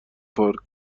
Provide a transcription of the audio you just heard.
پارک